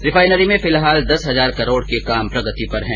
refinery में फिलहाल दस हजार करोड के कार्य प्रगति पर है